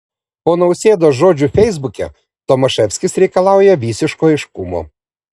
po nausėdos žodžių feisbuke tomaševskis reikalauja visiško aiškumo